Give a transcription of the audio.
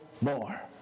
more